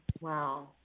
Wow